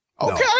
Okay